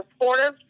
supportive